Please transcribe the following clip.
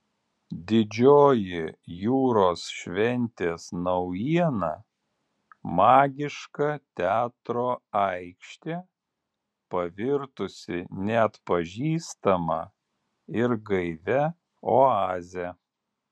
didžioji jūros šventės naujiena magiška teatro aikštė pavirtusi neatpažįstama ir gaivia oaze